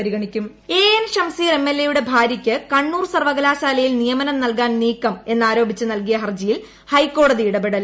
കൃഷകൃഷ A N Shamseer A N Shamseer എംഎൽഎയുടെ ഭാര്യയ്ക്ക് കണ്ണൂർ സർവ്വകലാശാലയിൽ നിയമനം നൽകാൻ്ട് നീക്കം എന്നാരോപിച്ച് നൽകിയ ഹർജിയിൽ ഹൈക്കോട്ടതി ഇടപെടൽ